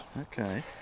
Okay